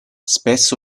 spesso